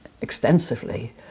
extensively